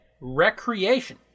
recreation